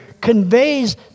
conveys